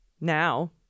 now